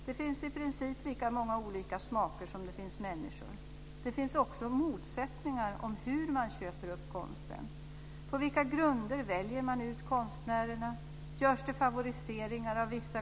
Det finns i princip lika många olika smaker som det finns människor. Det finns också motsättningar om hur man köper upp konsten. På vilka grunder väljer man ut konstnärerna?